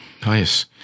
Nice